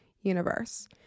universe